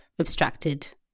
abstracted